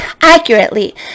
accurately